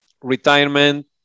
retirement